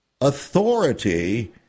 authority